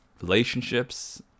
relationships